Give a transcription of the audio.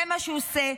זה מה שהוא עושה,